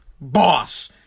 Boss